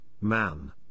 man